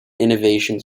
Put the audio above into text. innovations